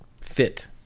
fit